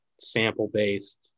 sample-based